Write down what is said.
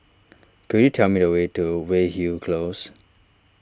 could you tell me the way to Weyhill Close